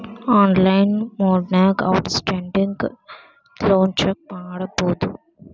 online ಮೊಡ್ನ್ಯಾಗ outstanding loan check ಮಾಡಬೋದು